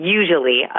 usually